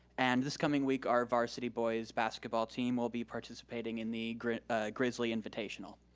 and this coming week our varsity boy's basketball team will be participating in the grizzly ah grizzly invitational.